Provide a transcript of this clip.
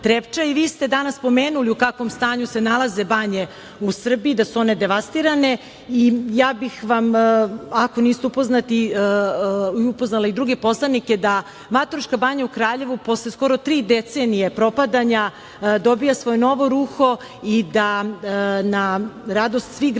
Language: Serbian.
i vi ste danas spomenuli u kakvom stanju se nalaze banje u Srbiji, da su one devastirane. Ja bih vam, ako niste upoznati, upoznala i druge poslanike da Mataruška Banja u Kraljevu posle skoro tri decenije propadanja dobija svoje novo ruho i da na radost svih građana,